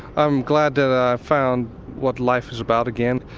i'm glad that i've found what life is about again.